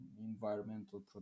environmental